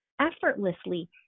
effortlessly